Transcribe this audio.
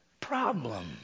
problem